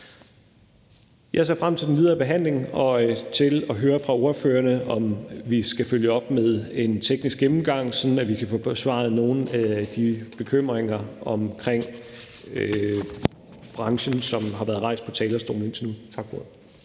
Jeg ser frem til den videre behandling og til at høre fra ordførerne, om vi skal følge op med en teknisk gennemgang, sådan at vi kan få besvaret nogle af de bekymringer omkring branchen, som har været rejst på talerstolen indtil nu. Tak for